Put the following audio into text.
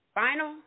final